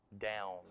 down